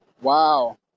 Wow